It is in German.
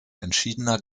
entschiedener